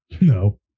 No